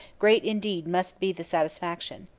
great indeed must be the satisfaction.